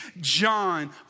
John